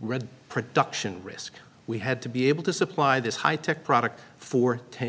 red production risk we had to be able to supply this high tech product for ten